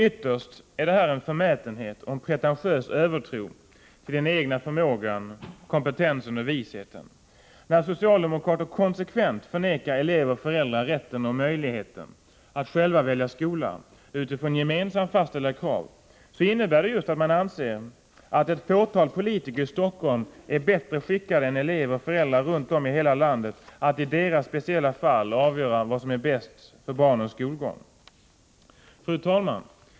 Ytterst är det här en förmätenhet och en pretentiös övertro på den egna förmågan, kompetensen och visheten. När socialdemokrater konsekvent förnekar elever och föräldrar rätten och möjligheten att själva välja skola — utifrån gemensamt fastställda krav — innebär det just att man anser att ett fåtal politiker i Stockholm är bättre skickade än elever och föräldrar runt om i hela landet att i deras speciella fall avgöra vad som är bäst för barnens skolgång. Fru talman!